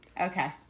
Okay